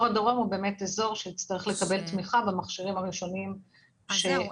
הדרום הוא אזור שיצטרך לקבל תמיכה במכשירים הראשונים שיגיעו.